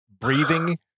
breathing